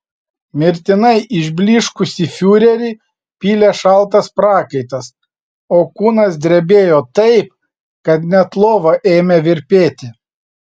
mirtinai išblyškusį fiurerį pylė šaltas prakaitas o kūnas drebėjo taip kad net lova ėmė virpėti